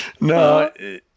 no